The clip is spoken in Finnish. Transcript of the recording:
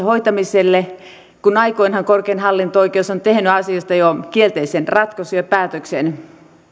hoitamiselle kun aikoinaan korkein hallinto oikeus on tehnyt asiasta jo kielteisen ratkaisun ja päätöksen